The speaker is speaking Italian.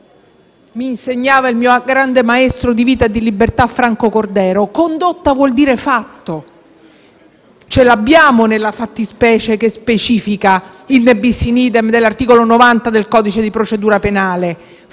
mi insegnava il mio grande maestro di vita e di libertà, Franco Cordero, vuol dire fatto. Ce l'abbiamo, nella fattispecie che specifica il principio del *ne bis in idem* dell'articolo 90 del codice di procedura penale.